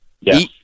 Yes